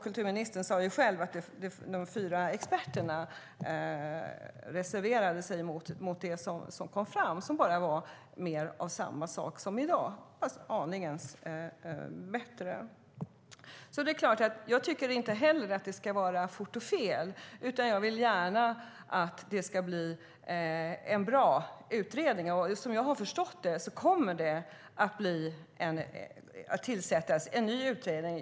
Kulturministern sade ju själv att de fyra experterna reserverade sig mot det som kom fram och som bara var mer av samma sak som i dag men aningen bättre. Jag tycker såklart inte heller att det ska bli fort och fel, utan jag vill gärna att det ska bli en bra utredning. Som jag har förstått det kommer det att tillsättas en ny utredning.